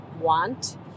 want